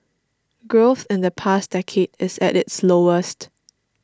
growth in the past decade is at its lowest